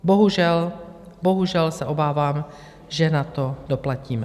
Bohužel, bohužel se obávám, že na to doplatíme.